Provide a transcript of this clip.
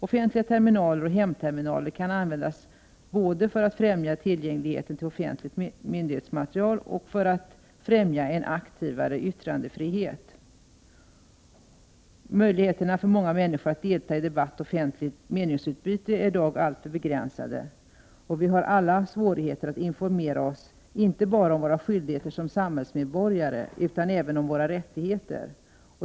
Offentliga terminaler och hemterminaler kan användas både för att främja tillgängligheten till offentligt myndighetsmaterial och för att främja en aktivare yttrandefrihet. Möjligheterna för många människor att delta i debatt och offentligt meningsutbyte är i dag alltför begränsade. Vi har alla svårigheter att informera oss, inte bara om våra skyldigheter som samhälls 139 medborgare utan även om våra rättigheter.